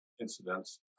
incidents